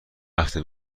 هفته